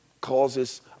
causes